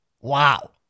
wow